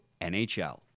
NHL